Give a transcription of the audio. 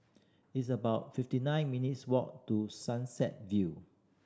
it's about fifty nine minutes' walk to Sunset View